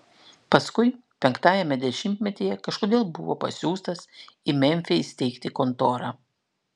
paskui penktajame dešimtmetyje kažkodėl buvo pasiųstas į memfį įsteigti kontorą